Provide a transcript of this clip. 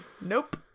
nope